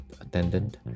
attendant